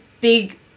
big